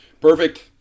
Perfect